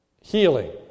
healing